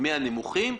מהנמוכים,